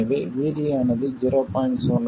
எனவே VD ஆனது 0